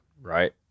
right